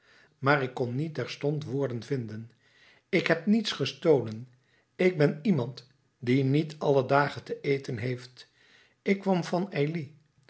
maar ik kon niet terstond woorden vinden ik heb niets gestolen ik ben iemand die niet alle dagen te eten heeft ik kwam van